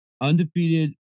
undefeated